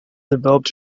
developed